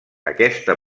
aquesta